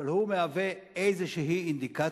אבל הוא מהווה איזו אינדיקציה,